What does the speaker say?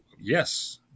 Yes